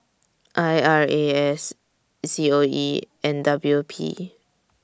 I R A S C O E and W P